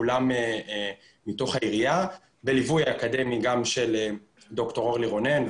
כולם מתוך העירייה בליווי אקדמי גם של ד"ר אורלי רונן,